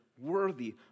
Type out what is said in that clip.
worthy